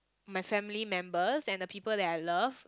my family members and the people that I love